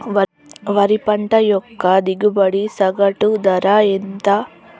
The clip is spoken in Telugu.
వరి పంట యొక్క దిగుబడి సగటు ధర ఎంత?